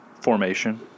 formation